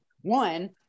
one